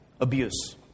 abuse